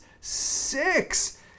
Six